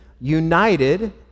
united